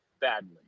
badly